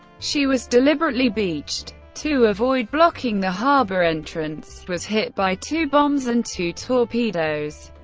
she was deliberately beached to avoid blocking the harbor entrance. was hit by two bombs and two torpedoes.